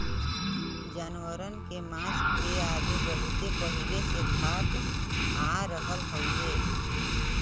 जानवरन के मांस के अदमी बहुत पहिले से खात आ रहल हउवे